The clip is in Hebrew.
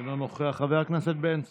אינו נוכח, חבר הכנסת בן צור,